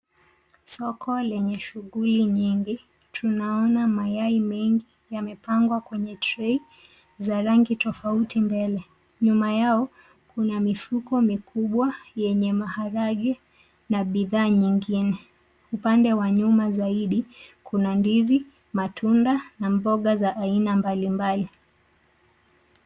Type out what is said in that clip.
Soko lenye shughuli nyingi, tunaona mayai mengi yamepangwa kwenye trei ya rangi tofauti mbele. Nyuma yao kuna mifuko mikubwa yenye maharage na bidhaa nyingine. Upande wa nyuma zaidi kuna ndizi, matunda na mboga za aina mbali mbali.